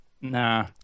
Nah